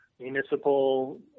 municipal